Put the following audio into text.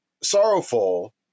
sorrowful